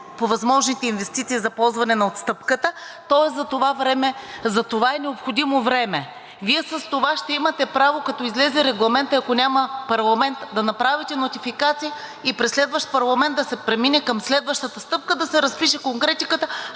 по възможните инвестиции за ползване на отстъпката. Тоест за това е необходимо време. Вие с това ще имате право, като излезе регламентът, и ако няма парламент, да направите нотификации и при следващ парламент да се премине към следващата стъпка – да се разпише конкретиката,